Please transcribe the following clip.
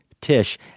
Tish